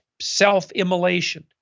self-immolation